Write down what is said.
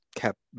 kept